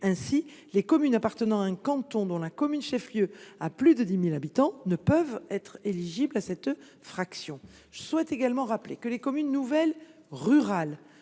Ainsi, des communes appartenant à un canton dont la commune chef lieu a plus de 10 000 habitants ne peuvent être éligibles à cette fraction. Je rappelle également que les communes nouvelles rurales